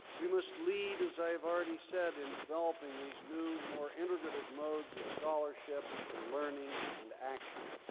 we must lead, as i have already said, in developing these new, more integrative modes of scholarship, and learning, and action.